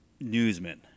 newsmen